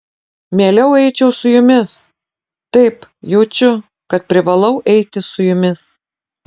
mieliau eičiau su jumis taip jaučiu kad privalau eiti su jumis